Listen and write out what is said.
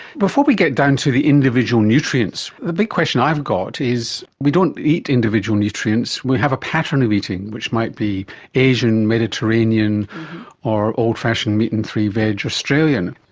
before we get down to the individual nutrients, the big question i've got is we don't eat individual nutrients, we have a pattern of eating which might be asian, mediterranean or old-fashioned meat and three veg australian.